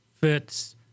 fits